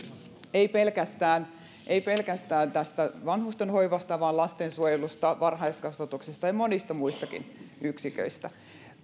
ei pelkästään ei pelkästään vanhustenhoivasta vaan myös lastensuojelusta varhaiskasvatuksesta ja monista muistakin yksiköistä